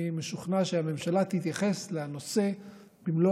אני משוכנע שהממשלה תתייחס לנושא במלוא